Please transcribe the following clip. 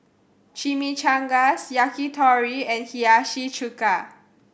Chimichangas Yakitori and Hiyashi Chuka